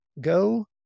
go